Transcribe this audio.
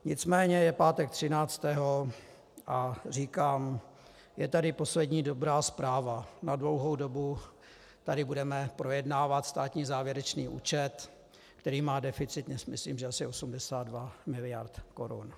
Nicméně je pátek 13. a říkám, je tady poslední dobrá zpráva, na dlouhou dobu tady budeme projednávat státní závěrečný účet, který má deficit, myslím, asi 82 mld. korun.